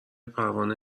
پروانه